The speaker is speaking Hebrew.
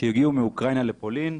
שהגיעו מאוקראינה לפולין,